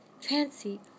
Fancy